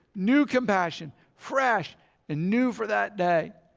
new compassion, fresh and new for that day.